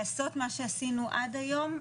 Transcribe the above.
לעשות מה שעשינו עד היום,